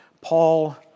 Paul